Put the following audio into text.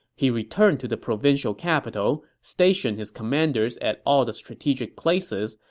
he returned to the provincial capital, stationed his commanders at all the strategic places,